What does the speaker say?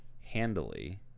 handily